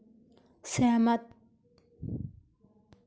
सहमत